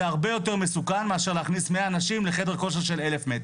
זה הרבה יותר מסוכן מאשר להכניס 100 אנשים לחדר כושר של 1,000 מטר.